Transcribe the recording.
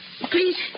Please